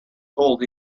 told